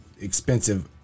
expensive